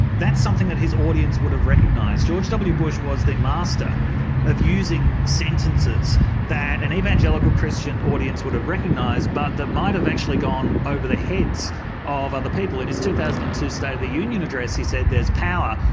that's something that his audience would've recognised. george w bush was the master of using sentences that an evangelical christian audience would've recognised but that might've actually gone over the heads of other people. in his two thousand and two state of the union address he said, there's power,